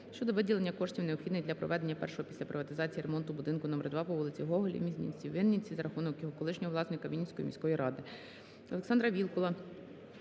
щодо виділення коштів, необхідних для проведення першого після приватизації ремонту будинку номер 2 по вулиці Гоголя в місті Вінниці за рахунок його колишнього власника - Вінницької міської ради.